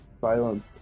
silence